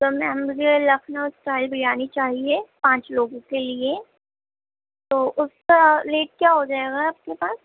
اصل میں اب مجھے لکھنؤ اسٹائل بریانی چاہیے پانچ لوگوں کے لیے تو اس کا ریٹ کیا ہو جائے گا آپ کے پاس